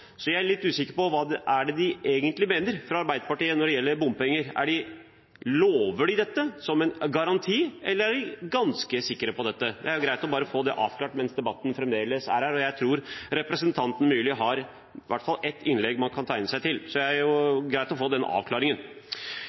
på noe – på hva Arbeiderpartiet egentlig mener når det gjelder bompenger. Lover de dette, som en garanti, eller er de ganske sikre på dette? Det er greit bare å få det avklart mens debatten fremdeles er her, og jeg tror representanten Myrli har i hvert fall ett innlegg som han kan tegne seg til. Så det er greit å få den avklaringen.